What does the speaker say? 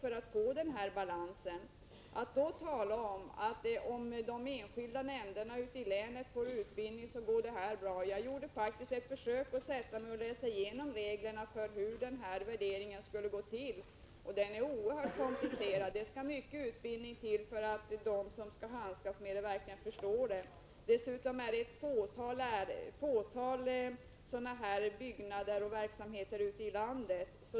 Det sägs att detta går bra att genomföra om de enskilda nämnderna ute i länen får utbildning. Jag gjorde faktiskt ett försök att sätta mig in i reglerna för hur denna värdering skulle gå till. Dessa regler är oerhört komplicerade, och det skall mycken utbildning till för att de som skall handskas med reglerna verkligen förstår dem. Dessutom är det fråga om ett fåtal sådana här byggnader och verksamheter ute i landet.